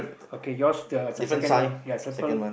okay yours the second one ya this one